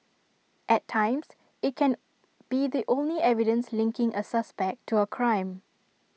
at times IT can be the only evidence linking A suspect to A crime